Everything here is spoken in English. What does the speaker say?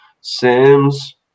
Sims